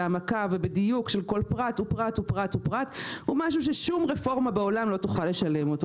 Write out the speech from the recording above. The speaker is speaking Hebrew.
בהעמקה ובדיוק של כל פרט הוא משהו ששום רפורמה בעולם לא תוכל לשלם אותו,